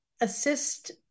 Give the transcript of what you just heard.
assist